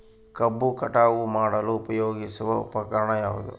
ಕಬ್ಬು ಕಟಾವು ಮಾಡಲು ಉಪಯೋಗಿಸುವ ಉಪಕರಣ ಯಾವುದು?